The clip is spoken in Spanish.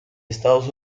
estados